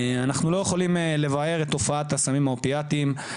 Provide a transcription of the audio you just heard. אנחנו לא יכולים לבער את תופעת הסמים האופיאטים,